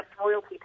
royalty